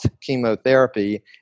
chemotherapy